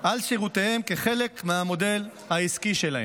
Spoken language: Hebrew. על שירותיהם כחלק מהמודל העסקי שלהם.